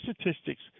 statistics